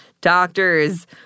doctors